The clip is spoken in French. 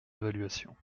évaluation